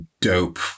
dope